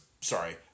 sorry